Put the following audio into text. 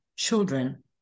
children